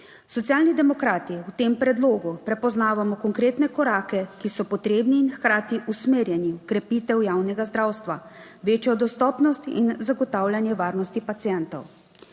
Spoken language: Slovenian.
Socialni demokrati v tem predlogu prepoznavamo konkretne korake, ki so potrebni in hkrati usmerjeni v krepitev javnega zdravstva, večjo dostopnost in zagotavljanje varnosti pacientov.